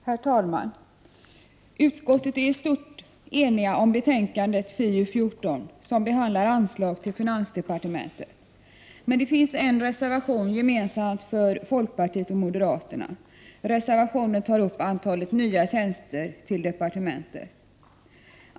Herr talman! Utskottet är i stort enigt om betänkandet FiUl4, som behandlar anslag till finansdepartementet. Men det finns en gemensam reservation från folkpartiet och moderaterna, som tar upp antalet nya tjänster till departementet.